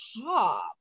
top